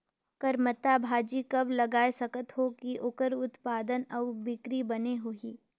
करमत्ता भाजी कब लगाय सकत हो कि ओकर उत्पादन अउ बिक्री बने होही?